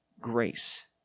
grace